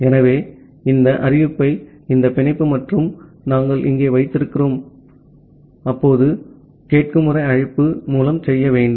ஆகவே இந்த அறிவிப்பை இந்த பிணைப்பு மற்றும் நாங்கள் இங்கே வைத்திருக்கும் ஒரு கேட்கும் முறை அழைப்பு மூலம் செய்ய வேண்டும்